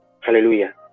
Hallelujah